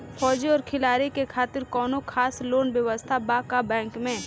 फौजी और खिलाड़ी के खातिर कौनो खास लोन व्यवस्था बा का बैंक में?